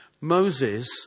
Moses